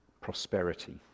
prosperity